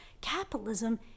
capitalism